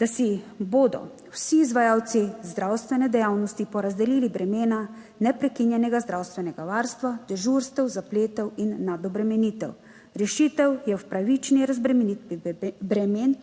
da si bodo vsi izvajalci zdravstvene dejavnosti porazdelili bremena neprekinjenega zdravstvenega varstva, dežurstev, zapletov in nadobremenitev. Rešitev je v pravični razbremenitvi bremen